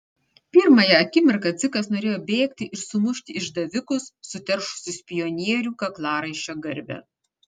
pirmąją akimirką dzikas norėjo bėgti ir sumušti išdavikus suteršusius pionierių kaklaraiščio garbę